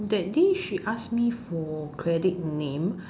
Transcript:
that day she ask me for credit name